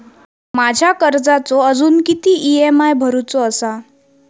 माझ्या कर्जाचो अजून किती ई.एम.आय भरूचो असा?